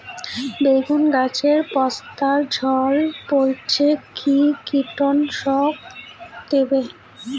বেগুন গাছের পস্তা ঝরে পড়ছে কি কীটনাশক দেব?